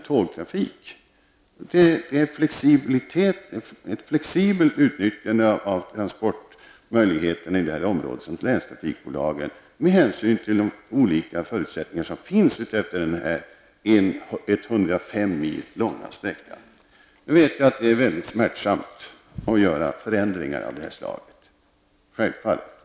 Länstrafikbolagen har möjlighet att åstadkomma ett mer flexibelt utnyttjande av transportmöjligheterna, med hänsyn till de olika förutsättningar som finns utefter den 105 mil långa sträckan. Nu vet vi att det är väldigt smärtsamt att göra förändringar av det här slaget.